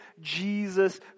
Jesus